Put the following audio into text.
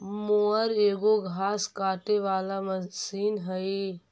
mower एगो घास काटे वाला मशीन हई